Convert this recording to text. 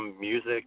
music